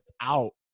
out